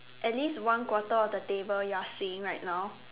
at least one quarter of the table you are seeing right now